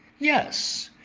yes,